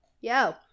Yo